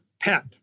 pet